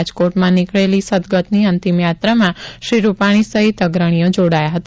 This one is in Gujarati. રાજકોટમાં નીકળેલી સદગતની અંતિમ યાત્રામાં શ્રી રૂપાણી સહિત અગ્રણયીઓ જોડાયા હતા